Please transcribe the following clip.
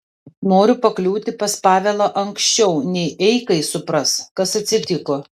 noriu pakliūti pas pavelą anksčiau nei eikai supras kas atsitiko